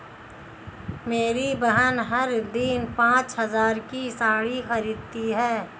मेरी बहन हर दिन पांच हज़ार की साड़ी खरीदती है